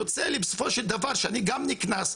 יוצא לי בסופו של דבר שאני גם נקנס.